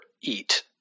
eat